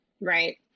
right